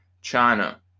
China